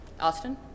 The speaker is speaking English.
Austin